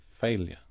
failure